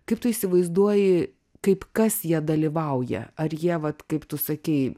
kaip tu įsivaizduoji kaip kas jie dalyvauja ar jie vat kaip tu sakei